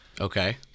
Okay